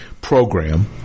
program